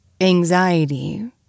anxiety